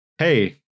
Hey